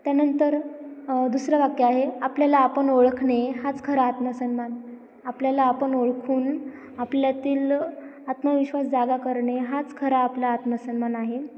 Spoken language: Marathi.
त्यानंतर दुसरं वाक्य आहे आपल्याला आपण ओळखणे हाच खरा आत्मसन्मान आपल्याला आपण ओळखून आपल्यातील आत्मविश्वास जागा करणे हाच खरा आपला आत्मसन्मान आहे